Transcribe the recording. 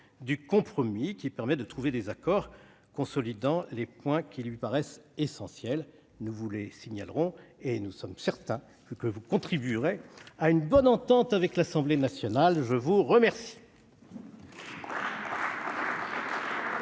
du compromis, qui permet de trouver des accords consolidant les points qui lui paraissent essentiels- nous vous les signalerons et nous sommes certains que vous contribuerez à une bonne entente avec l'Assemblée nationale. La parole